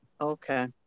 Okay